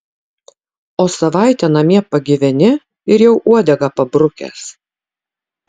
o savaitę namie pagyveni ir jau uodegą pabrukęs